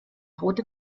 rote